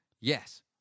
Yes